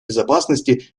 безопасности